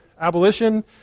abolition